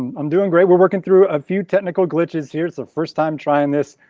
i'm doing great, we're working through a few technical glitches here's the first time trying this,